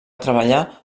treballar